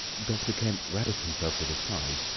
dr. kemp roused himself with a sigh,